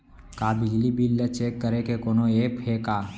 का बिजली बिल ल चेक करे के कोनो ऐप्प हे का?